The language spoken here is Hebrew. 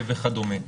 וכדומה.